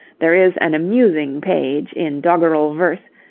there is an amusing page, in doggerel verse,